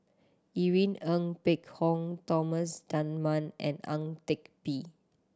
Irene Ng Phek Hoong Thomas Dunman and Ang Teck Bee